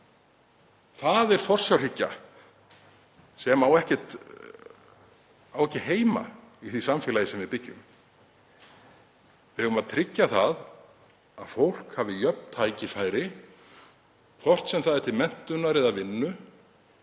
Það er forsjárhyggja sem á ekki heima í því samfélagi sem við byggjum. Við eigum að tryggja að fólk hafi jöfn tækifæri, hvort sem er til menntunar eða vinnu.